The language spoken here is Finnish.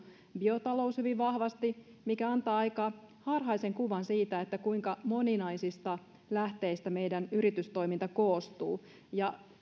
biotalous hyvin vahvasti mikä antaa aika harhaisen kuvan siitä kuinka moninaisista lähteistä meidän yritystoiminta koostuu